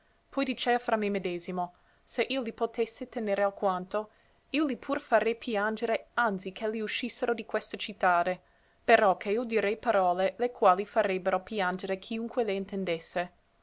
poi dicea fra me medesimo se io li potesse tenere alquanto io li pur farei piangere anzi ch'elli uscissero di questa cittade però che io direi parole le quali farebbero piangere chiunque le intendesse